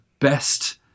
best